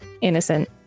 innocent